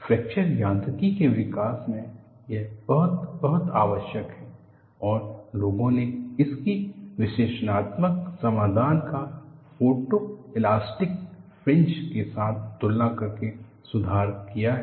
fracture यांत्रिकी के विकास में यह बहुत बहुत आवश्यक है और लोगों ने इसकी विश्लेषणात्मक समाधान का फोटोएलास्टिक फ्रिंजिस के साथ तुलना करके सुधार किया है